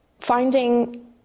finding